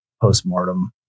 post-mortem